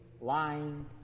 lying